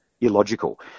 illogical